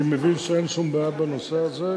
אני מבין שאין שום בעיה בנושא הזה.